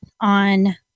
on